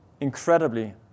incredibly